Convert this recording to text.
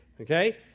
okay